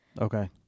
Okay